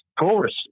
Taurus